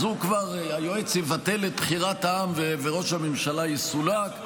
אז היועץ יבטל את בחירת העם וראש הממשלה יסולק.